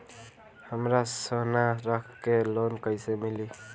हमरा सोना रख के लोन कईसे मिली?